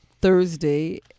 Thursday